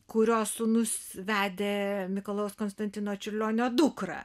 kurio sūnus vedė mikalojaus konstantino čiurlionio dukra